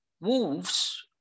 Wolves